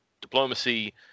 diplomacy